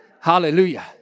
hallelujah